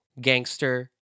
Gangster